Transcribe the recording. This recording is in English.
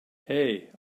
hey